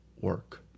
work